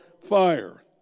fire